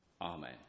Amen